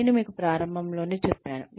నేను మీకు ప్రారంభంలోనే చెప్పాను